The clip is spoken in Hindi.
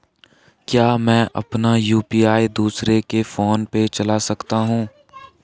क्या मैं अपना यु.पी.आई दूसरे के फोन से चला सकता हूँ?